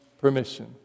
permission